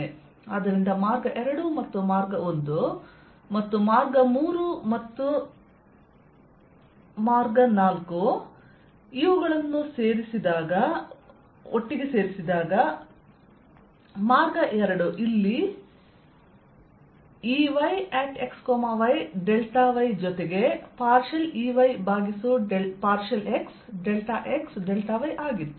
ಆದ್ದರಿಂದ ಮಾರ್ಗ 2 ಮತ್ತು ಮಾರ್ಗ 1 ಮತ್ತು ಮಾರ್ಗ 3 ಮತ್ತು1 ಮಾರ್ಗ 4 ಇವುಗಳನ್ನು ಸೇರಿಸಿದಾಗ ಒಟ್ಟಿಗೆ ಮಾರ್ಗ 2 ಇಲ್ಲಿ Ey x y Δy ಜೊತೆಗೆ EY∂X ΔxΔy ಆಗಿತ್ತು